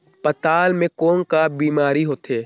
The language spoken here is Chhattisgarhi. पातल म कौन का बीमारी होथे?